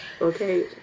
Okay